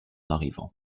arrivant